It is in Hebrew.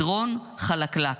מדרון חלקלק.